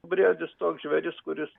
briedis toks žvėris kuris